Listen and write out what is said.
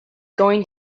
going